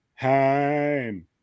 time